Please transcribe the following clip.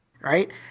Right